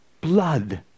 blood